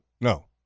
No